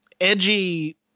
edgy